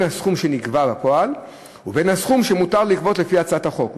הסכום שנגבה בפועל ובין הסכום שמותר לגבות לפי הצעת החוק,